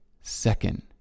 second